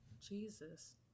Jesus